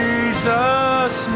Jesus